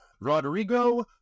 rodrigo